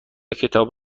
کتاب